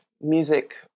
music